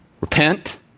Repent